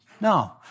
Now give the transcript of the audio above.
No